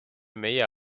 meie